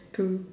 to